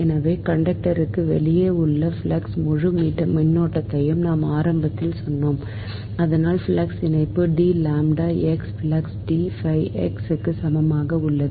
எனவே கண்டக்டர்களுக்கு வெளியே உள்ள ஃப்ளக்ஸ் முழு மின்னோட்டத்தையும் நான் ஆரம்பத்தில் சொன்னேன் அதனால் ஃப்ளக்ஸ் இணைப்பு D lambda x flux D phi x க்கு சமமாக உள்ளது